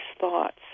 thoughts